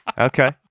Okay